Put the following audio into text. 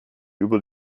über